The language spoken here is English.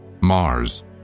Mars